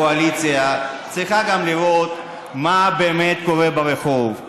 שהקואליציה צריכה גם לראות מה באמת קורה ברחוב,